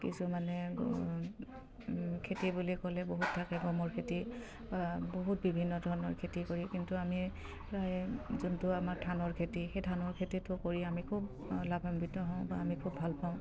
কিছুমানে খেতি বুলি ক'লে বহুত থাকে গমৰ খেতি বা বহুত বিভিন্ন ধৰণৰ খেতি কৰি কিন্তু আমি প্ৰায় যোনটো আমাৰ ধানৰ খেতি সেই ধানৰ খেতিটো কৰি আমি খুব লাভাম্বিত হওঁ বা আমি খুব ভাল পাওঁ